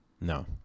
No